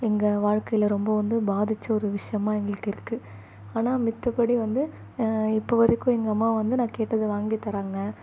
எங்கள் வாழ்க்கையில் ரொம்ப வந்து பாதித்த ஒரு விஷியமாக எங்களுக்கு இருக்குது ஆனால் மத்தபடி வந்து இப்போ வரைக்கும் எங்கள் அம்மா வந்து நான் கேட்டதை வாங்கித்தராங்கள்